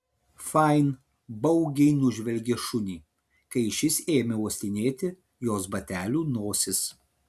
fain baugiai nužvelgė šunį kai šis ėmė uostinėti jos batelių nosis